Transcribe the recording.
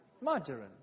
margarine